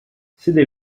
sede